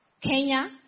Kenya